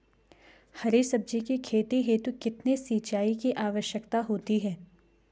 हरी सब्जी की खेती हेतु कितने सिंचाई की आवश्यकता होती है?